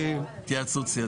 זה דומה לטיעון שטענת בהתחלה.